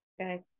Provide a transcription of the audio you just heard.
Okay